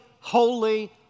holy